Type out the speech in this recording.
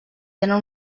tenen